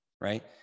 right